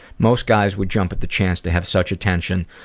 most guys would jump the chance to have such attention.